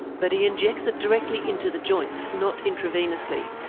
but he injects it directly into the joints, not intravenously.